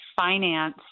finance